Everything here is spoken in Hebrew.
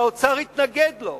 שהאוצר יתנגד לו.